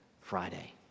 Friday